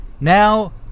Now